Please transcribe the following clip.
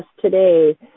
today